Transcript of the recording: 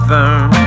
burn